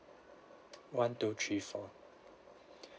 one two three four